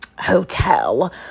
hotel